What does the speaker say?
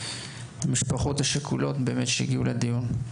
ולמשפחות השכולות שהגיעו לדיון.